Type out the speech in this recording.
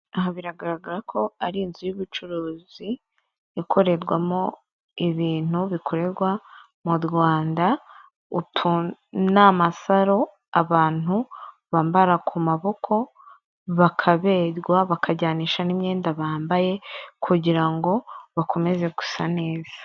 Aha biragaragara ko ari inzu y'ubucuruzi ikorerwamo ibintu bikorerwa mu Rwanda utu ni amasaro abantu bambara ku maboko bakaberwa bakajyanisha n'imyenda bambaye kugira ngo bakomeze gusa neza.